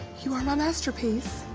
you are my masterpiece.